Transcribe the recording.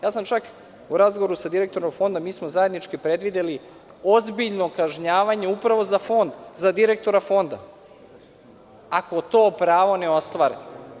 Ja sam čak u razgovoru sa direktorom Fonda, mi smo zajednički predvideli ozbiljno kažnjavanje upravo za Fond, za direktora Fonda, ako to pravo ne ostvare.